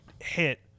hit